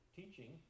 teaching